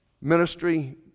ministry